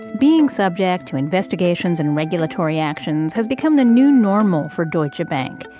being subject to investigations and regulatory actions has become the new normal for deutsche bank.